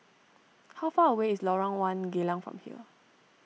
how far away is Lorong one Geylang from here